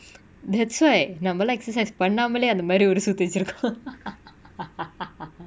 that's why நம்மலா:nammala exercise பன்னாமலே அந்தமாரி ஒரு சுத்து வச்சிருக்கோ:pannamale anthamari oru suthu vachirukko